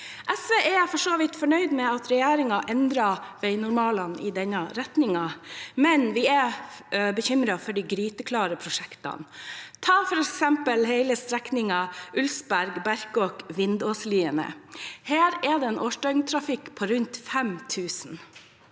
SV er for så vidt fornøyd med at regjeringen endret veinormalene i denne retningen, men vi er bekymret for de gryteklare prosjektene. Ta f.eks. hele strekningen Ulsberg–Berkåk–Vindåsliene: Her er det en årsdøgntrafikk på rundt 5 000,